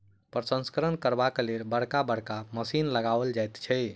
प्रसंस्करण करबाक लेल बड़का बड़का मशीन लगाओल जाइत छै